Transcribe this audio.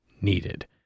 needed